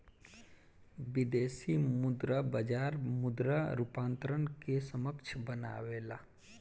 विदेशी मुद्रा बाजार मुद्रा रूपांतरण के सक्षम बनावेला